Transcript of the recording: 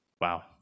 Wow